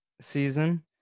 season